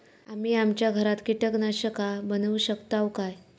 आम्ही आमच्या घरात कीटकनाशका बनवू शकताव काय?